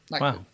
Wow